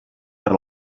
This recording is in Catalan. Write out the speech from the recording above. per